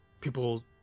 People